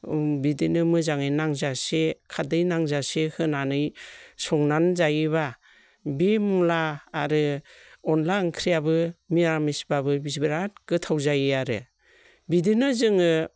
बिदिनो मोजाङै नांजासे खारदै नांजासे होनानै संनानै जायोबा बे मुला आरो अनला ओंख्रियाबो निरामिसबाबो बिराद गोथाव जायो आरो बिदिनो जोङो